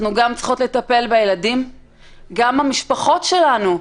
אני מייצגת אימהות ונשים ואת משפחותיהן,